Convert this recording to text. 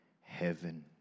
heaven